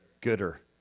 gooder